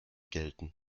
gelten